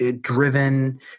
driven